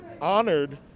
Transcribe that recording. honored